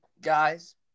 guys